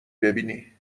ببینی